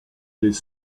des